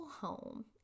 home